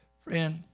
Friend